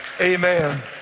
amen